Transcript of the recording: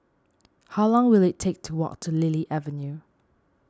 how long will it take to walk to Lily Avenue